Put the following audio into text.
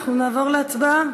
אנחנו נעבור להצבעה.